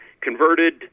converted